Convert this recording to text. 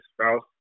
spouse